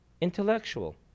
intellectual